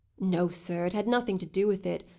no, sir it had nothing to do with it.